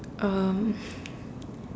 um